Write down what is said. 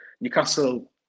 Newcastle